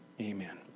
Amen